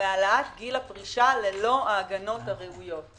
מהעלאת גיל הפרישה ללא ההגנות הראויות.